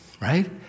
right